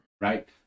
right